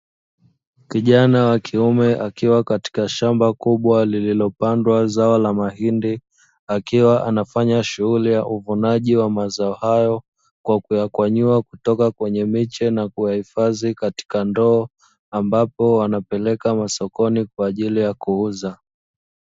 Kijana wa kiume akiwa katika shamba kubwa lililopandwa zao la mahindi, akiwa anafanya shughuli ya uvunaji wa mazao hayo, kwa kuyakwanyua kutoka kwenye miche na kuyahifadhi katika ndoo, ambapo anapeleka masokoni kwa ajili ya kuuza.